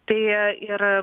tai ir